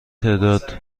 تعداد